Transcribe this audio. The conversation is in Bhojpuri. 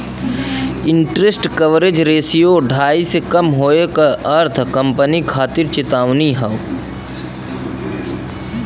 इंटरेस्ट कवरेज रेश्यो ढाई से कम होये क अर्थ कंपनी खातिर चेतावनी हौ